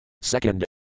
Second